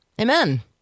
Amen